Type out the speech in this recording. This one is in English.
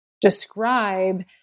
describe